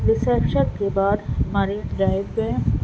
reception کے بعد ہماری ڈرائیو پہ